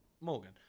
Morgan